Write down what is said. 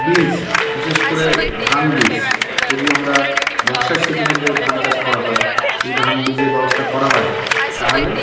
বীজ বিশেষ করে ধান বীজ যদি আমরা বর্ষার সিজনে যে ধানচাষ করা হয় যদি ধান বীজের ব্যবস্থা করা হয় তাহলে